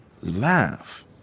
Laugh